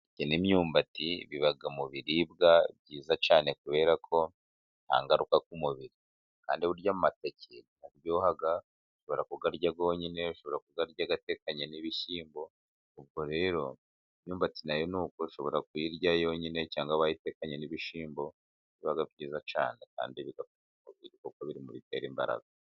Amateke n'imyumbati biba mu biribwa byiza cyane, kubera ko nta ngaruka ku mubiri ,kandi burya amateke aryoha ushobora kuyarya yonyine, ushobora kuyarya atekanye n'ibishyimbo, ubwo rero n'imyumbati na yo ni uko ,ushobora kuyirya yonyine cyangwa wayitekanye n'ibishyimbo, biba byiza cyane, kandi kuko biri mu bitera imbaraga.